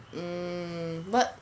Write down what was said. mm but